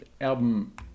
album